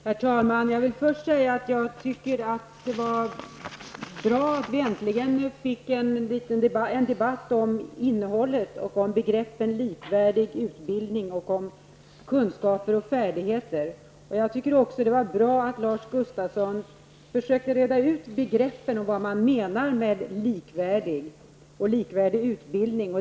Herr talman! Jag vill först säga att jag tycker att det var bra att vi äntligen fick en debatt om innehållet och om begreppet likvärdig utbildning och om kunskaper och färdigheter. Det var bra att Lars Gustafsson försökte reda ut vad man menar med ''likvärdig'' och ''likvärdig utbildning''.